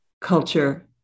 culture